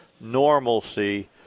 normalcy